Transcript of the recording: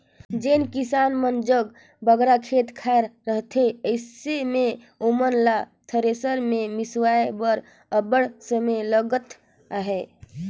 जेन किसान मन जग बगरा खेत खाएर रहथे अइसे मे ओमन ल थेरेसर मे मिसवाए बर अब्बड़ समे लगत अहे